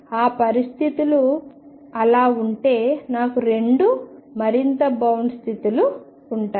ఆ పరిస్థితిలు అలా ఉంటే నాకు రెండు మరింత బౌండ్ స్థితిలు ఉంటాయి